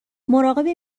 مراقب